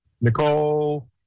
Nicole